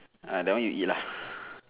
ah that one you eat lah